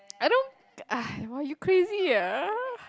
I don't uh !wah! you crazy ah